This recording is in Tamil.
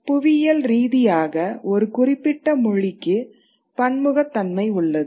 புவியியல் ரீதியாக ஒரு குறிப்பிட்ட மொழிக்கு பன்முகத்தன்மை உள்ளது